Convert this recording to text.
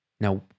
Now